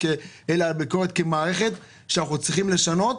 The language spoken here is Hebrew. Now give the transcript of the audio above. אלא ביקורת כמערכת שאנחנו צריכים לשנות,